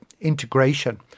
integration